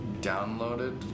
downloaded